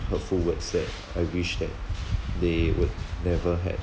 hurtful words that I wish that they would never had